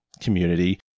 community